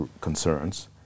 concerns